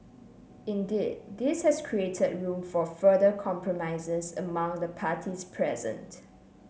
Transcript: indeed this has created room for further compromises among the parties present